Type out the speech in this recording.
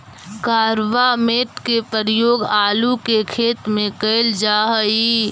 carbamate के प्रयोग आलू के खेत में कैल जा हई